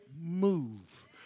move